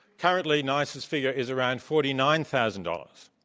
apparently, nice's figure is around forty nine thousand dollars.